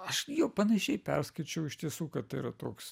aš jo panašiai perskaičiau iš tiesų kad yra toks